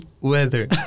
weather